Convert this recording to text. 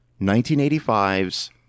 1985's